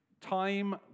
time